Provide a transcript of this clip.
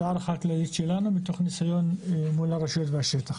זאת ההנחה הכללית שלנו מתוך ניסיון מול הרשויות והשטח.